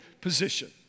position